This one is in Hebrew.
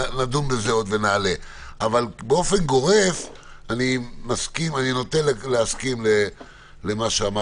אבל באופן גורף אני נוטה להסכים למה שאמר